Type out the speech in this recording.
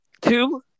Two